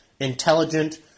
intelligent